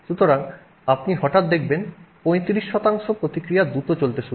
সুতরাং আপনি হঠাৎ দেখবেন 35 প্রতিক্রিয়া দ্রুত চলতে শুরু করে